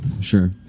sure